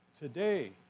today